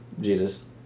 Jesus